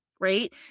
Right